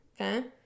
okay